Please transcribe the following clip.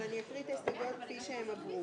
אבל אני אקרא את ההסתייגויות כפי שהן עברו.